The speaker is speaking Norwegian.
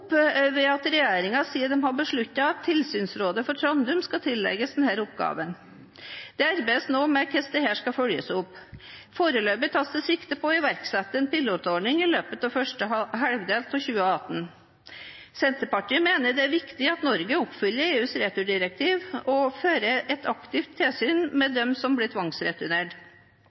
ved at regjeringen sier at den har besluttet at tilsynsrådet for Trandum skal tillegges denne oppgaven. Det arbeides nå med hvordan dette skal følges opp. Foreløpig tas det sikte på å iverksette en pilotordning i løpet av første halvår av 2018. Senterpartiet mener at det er viktig at Norge oppfyller EUs returdirektiv og fører et aktivt tilsyn med dem som blir tvangsreturnert.